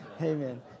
Amen